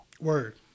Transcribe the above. Word